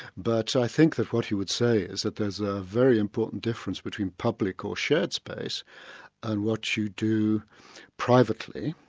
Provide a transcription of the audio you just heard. but i think that what he would say is that there's a very important difference between public or shared space and what you do privately,